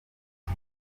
iki